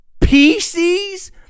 PCs